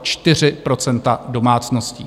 4 % domácností.